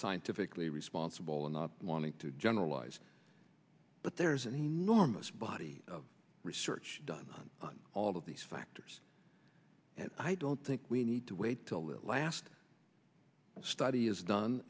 scientifically responsible and not wanting to generalize but there is an enormous body of research done on all of these factors and i don't think we need to wait till the last study is done